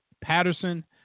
Patterson